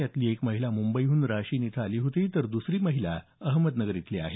यातील एक महिला मुंबईहून राशीन इथं आली होती तर दुसरी महिला अहमदनगर इथली आहे